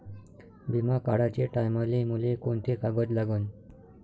बिमा काढाचे टायमाले मले कोंते कागद लागन?